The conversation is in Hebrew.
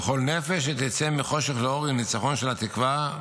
וכל נפש שתצא מחושך לאור היא ניצחון של התקווה.